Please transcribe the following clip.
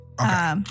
Okay